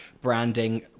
branding